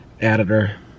editor